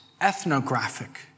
ethnographic